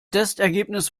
testergebnis